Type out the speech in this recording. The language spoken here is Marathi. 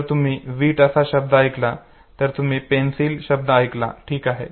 जर तुम्ही वीट असा शब्द ऐकला जर तुम्ही पेन्सिल शब्द ऐकला ठीक आहे